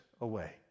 away